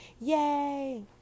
yay